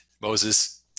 Moses